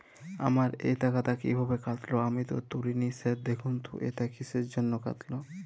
আমার এই টাকাটা কীভাবে কাটল আমি তো তুলিনি স্যার দেখুন তো এটা কিসের জন্য কাটল?